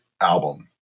album